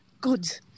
Good